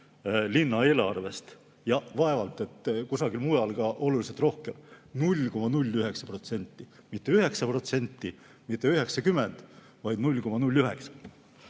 linna eelarvest ja vaevalt, et kusagil mujalgi oluliselt rohkem. 0,09%! Mitte 9% ega 90%, vaid 0,09%.